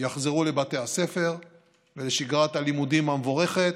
יחזרו לבתי הספר ולשגרת הלימודים המבורכת,